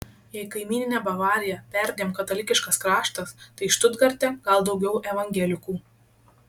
jei kaimyninė bavarija perdėm katalikiškas kraštas tai štutgarte gal daugiau evangelikų